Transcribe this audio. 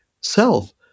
self